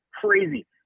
crazy